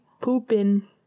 pooping